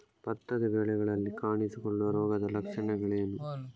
ಭತ್ತದ ಬೆಳೆಗಳಲ್ಲಿ ಕಾಣಿಸಿಕೊಳ್ಳುವ ರೋಗದ ಲಕ್ಷಣಗಳೇನು?